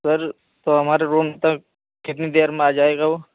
سر تو ہمارے روم تک کتنی دیر میں آ جائے گا وہ